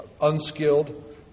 unskilled